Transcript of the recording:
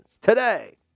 Today